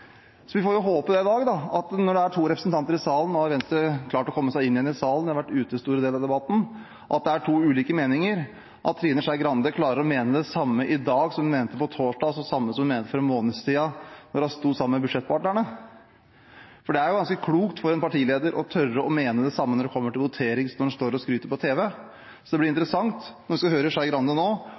Vi får håpe at når det er to representanter i salen – nå har Venstre klart å komme seg inn igjen i salen, de har vært ute store deler av debatten – er det to ulike meninger, og at Trine Skei Grande klarer å mene det samme i dag som hun mente på torsdag, og det samme som hun mente for en måned siden, da hun sto sammen med budsjettpartnerne. Det er ganske klokt for en partileder å tørre å mene det samme når det kommer til votering som når en står og skryter på tv. Så det blir interessant når vi får høre Skei Grande nå,